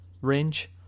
range